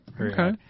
Okay